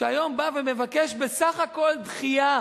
שהיום בא ומבקש בסך הכול דחייה